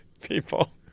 people